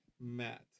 Matt